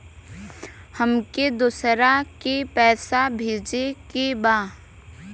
हमके दोसरा के पैसा भेजे के बा?